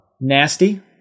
Nasty